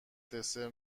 دسر